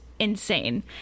Insane